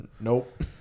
nope